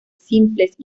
simples